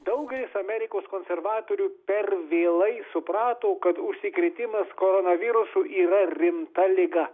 daugelis amerikos konservatorių per vėlai suprato kad užsikrėtimas koronavirusu yra rimta liga